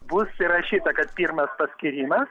bus įrašyta kad pirmas paskyrimas